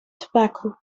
tobacco